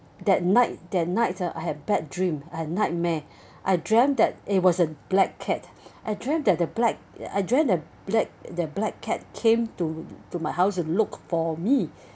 that night that night ah I have bad dream a nightmare I dreamed that it was a black cat I dreamed that the black I dreamed the black the black cat came to to my house and look for me